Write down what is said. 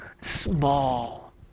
small